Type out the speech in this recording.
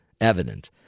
evident